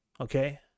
Okay